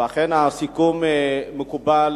ואכן הסיכום מקובל,